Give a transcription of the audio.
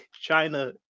China